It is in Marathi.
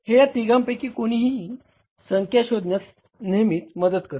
हे या तिघांपैकी कोणीही संख्या शोधण्यात नेहमीच मदत करते